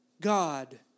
God